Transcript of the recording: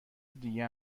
دیگه